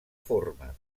formes